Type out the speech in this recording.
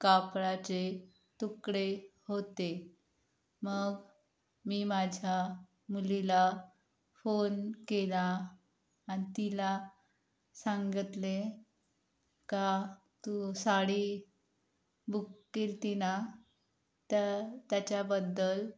कापडाचे तुकडे होते मग मी माझ्या मुलीला फोन केला आणि तिला सांगितले का तू साडी बुक केली होती ना तर त्याच्याबद्दल